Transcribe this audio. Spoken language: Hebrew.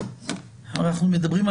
הרי אנחנו מדברים,